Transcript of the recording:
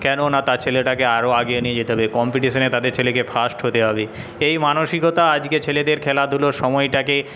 কেননা তার ছেলেটাকে আরো আগে নিয়ে যেতে হবে কম্পিটিশনে তাদের ছেলেকে ফার্স্ট হতে হবে এই মানসিকতা আজকে ছেলেদের খেলাধুলার সময়টাকে